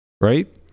right